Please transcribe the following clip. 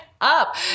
up